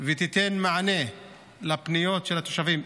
ותיתן מענה לפניות של התושבים.